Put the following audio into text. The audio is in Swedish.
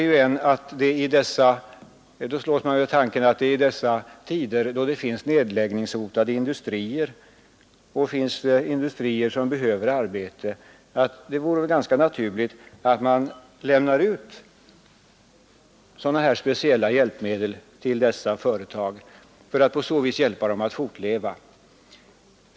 Jag anser därför att det i dessa tider, då det finns nedläggningshotade industrier som behöver arbete, vore det ganska naturligt att man anförtrodde tillverkningen av sådana här speciella hjälpmedel till företag som därigenom kunde få hjälp att fortleva.